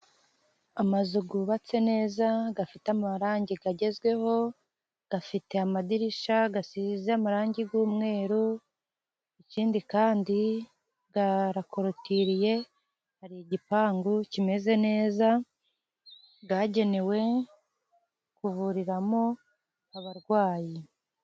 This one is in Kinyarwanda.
Amazu yubatse neza afite amarangi kagezweho ,afite amadirishya asize amarangi y'umweru ,ikindi kandi arakorotiriye .Hari igipangu kimeze neza yagenewe kuvurirawamo abarwayi.